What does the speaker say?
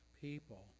people